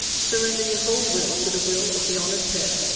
surrender your whole will to the will of the honoured pair,